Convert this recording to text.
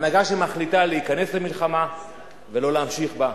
הנהגה שמחליטה להיכנס למלחמה ולא להמשיך בה,